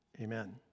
Amen